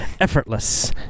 Effortless